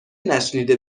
نشنیده